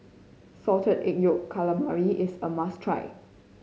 Salted Egg Yolk Calamari is a must try